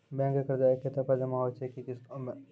Bank के कर्जा ऐकै दफ़ा मे जमा होय छै कि किस्तो मे?